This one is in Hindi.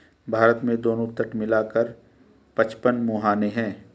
भारत में दोनों तट मिला कर पचपन मुहाने हैं